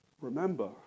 remember